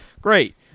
Great